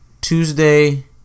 Tuesday